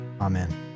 Amen